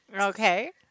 Okay